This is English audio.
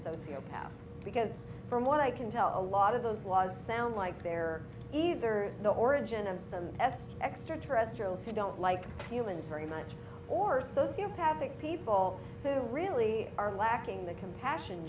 sociopath because from what i can tell a lot of those laws sound like they're either the origin of some s extra terrestrials they don't like humans very much or sociopathic people who really are lacking the compassion